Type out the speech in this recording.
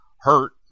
hurt